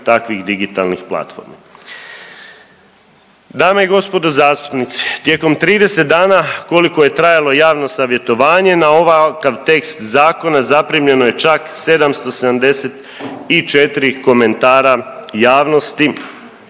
takvih digitalnih platformi. Dame i gospodo zastupnici, tijekom 30 dana koliko je trajalo javno savjetovanje na ovakav tekst zakona zaprimljeno je čak 774 komentara javnosti